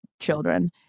children